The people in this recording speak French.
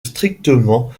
strictement